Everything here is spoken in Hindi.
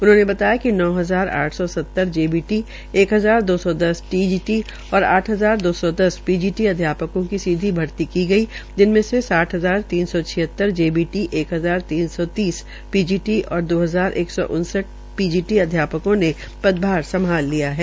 उन्होंने बताया कि नौ हजार आठ सौ सतर जेबीटी एक हज़ार दो सौ दस टीजीटी और आठ हजार दो सौ दस पीजीटी अध्यापकों की सीधी भर्ती की गई जिनमें से साठ हजार तीन सौ सौ छियतर जेबीटी एक हजार तीन सौ सैंतीस पीजीटी और दो हजार इजार एक सौ उनसठ पीजीटी अध्यापकों ने पदभार संभाल लिया है